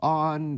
on